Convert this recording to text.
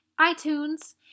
iTunes